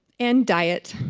and diet.